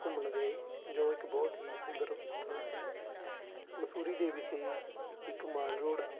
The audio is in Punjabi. ਘੁੰਮਣ ਗਏ ਜੋ ਇੱਕ ਬਹੁਤ ਹੀ ਸੁੰਦਰ ਥਾਂ ਹੈ ਮਸੂਰੀ ਦੇ ਵਿਖੇ ਇੱਕ ਮਾਲ ਰੋਡ